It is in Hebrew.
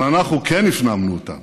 אבל אנחנו כן הפנמנו אותם.